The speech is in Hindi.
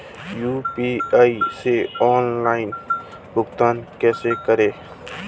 यू.पी.आई से ऑनलाइन भुगतान कैसे करें?